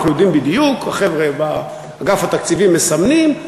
אנחנו יודעים בדיוק: החבר'ה באגף התקציבים מסמנים,